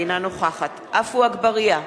אינה נוכחת עפו אגבאריה,